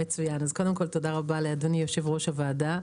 תודה רבה לאדוני יושב ראש הוועדה.